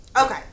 Okay